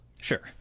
Sure